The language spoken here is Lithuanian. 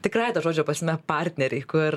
tikrąja to žodžio prasme partneriai kur